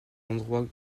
endroits